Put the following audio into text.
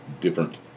different